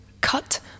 Cut